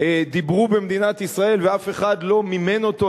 דיברו עליו במדינת ישראל ואף אחד לא מימן אותו,